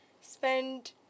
spend